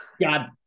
God